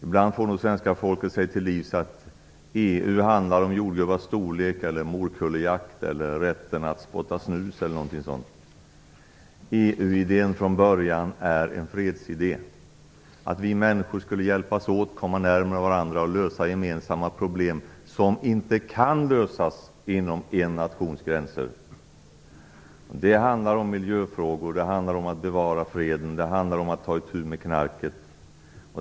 Ibland får nog svenska folket sig till livs att EU handlar om jordgubbars storlek, morkullejakt, rätten att spotta snus e.d. Men EU-idén från början är en fredsidé, att vi människor skulle hjälpas åt och komma närmare varandra och lösa gemensamma problem som inte kan lösas inom en nations gränser. Det handlar om miljöfrågor. Det handlar om att bevara freden. Det handlar om att ta itu med knarket.